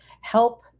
help